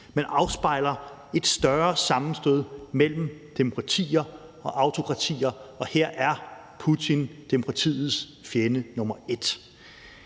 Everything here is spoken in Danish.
men afspejler et større sammenstød mellem demokratier og autokratier, og her er Putin demokratiets fjende nummer et.